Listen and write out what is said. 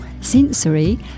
sensory